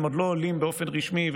הם עוד לא עולים באופן רשמי,